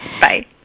Bye